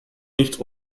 nicht